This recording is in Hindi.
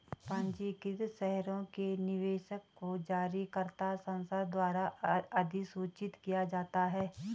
पंजीकृत शेयरों के निवेशक को जारीकर्ता संस्था द्वारा अधिसूचित किया जाता है